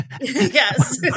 yes